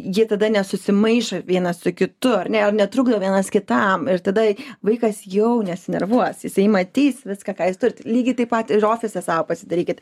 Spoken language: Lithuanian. jie tada nesusimaišo vienas su kitu ar ne jie netrukdo vienas kitam ir tada vaikas jau nesinervuos jisai matys viską ką jis turi lygiai taip pat ir ofise sau pasidarykit